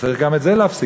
צריך גם את זה להפסיק.